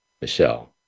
Michelle